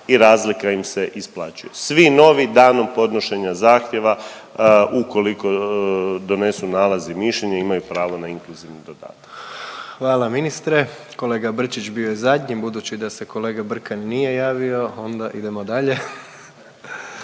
i razlika im se isplaćuje. Svi novi danom podnošenja zahtjeva ukoliko donesu nalaz i mišljenje imaju pravo na inkluzivni dodatak. **Jandroković, Gordan (HDZ)** Hvala ministre. Kolega Brčić bio je zadnji. Budući da se kolega Brkan nije javio onda idemo dalje.